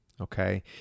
Okay